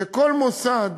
כל מוסד